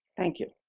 thank you.